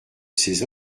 ces